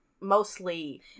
mostly